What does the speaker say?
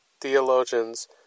theologians